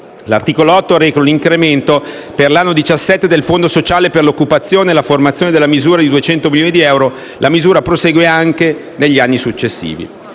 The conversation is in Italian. L'articolo 8 reca un incremento, per l'anno 2017, del Fondo sociale per occupazione e formazione nella misura di 200 milioni di euro; la misura prosegue anche per gli anni successivi.